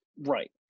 right